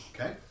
Okay